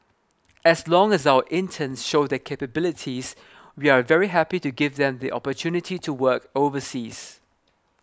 as long as our interns show their capabilities we are very happy to give them the opportunity to work overseas